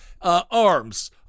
arms